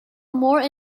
more